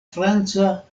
franca